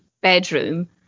bedroom